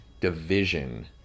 division